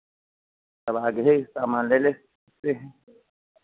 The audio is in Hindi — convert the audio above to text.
सब आगे ही सामान ले लेते हैं